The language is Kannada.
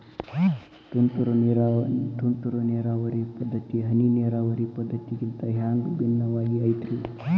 ತುಂತುರು ನೇರಾವರಿ ಪದ್ಧತಿ, ಹನಿ ನೇರಾವರಿ ಪದ್ಧತಿಗಿಂತ ಹ್ಯಾಂಗ ಭಿನ್ನವಾಗಿ ಐತ್ರಿ?